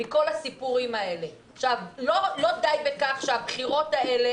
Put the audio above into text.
ככל שאלה בחירות חדשות,